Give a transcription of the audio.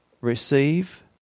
Receive